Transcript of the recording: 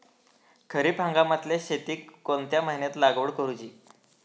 खरीप हंगामातल्या शेतीक कोणत्या महिन्यात लागवड करूची?